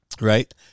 Right